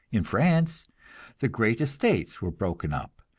in france the great estates were broken up,